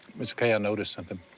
miss kay, i notice something.